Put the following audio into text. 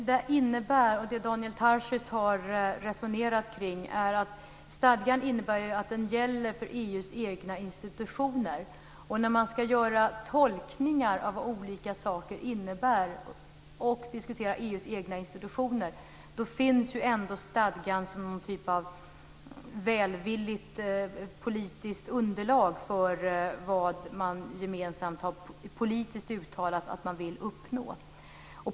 Fru talman! Det Daniel Tarschys har resonerat kring är detta: Stadgan innebär ju att den gäller för EU:s egna institutioner, och när man ska göra tolkningar av vad olika saker innebär och diskutera EU:s egna institutioner finns ändå stadgan som någon typ av välvilligt politiskt underlag för vad man gemensamt politiskt har uttalat att man vill uppnå.